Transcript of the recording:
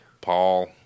Paul